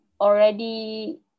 already